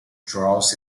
draws